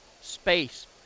space